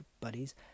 buddies